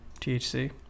THC